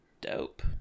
Dope